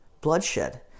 bloodshed